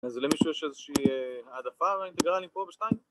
אז למישהו יש איזושהי העדפה על האינטגרלים פה בשניים?